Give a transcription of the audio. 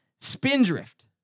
spindrift